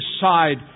decide